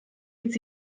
jetzt